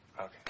Okay